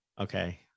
Okay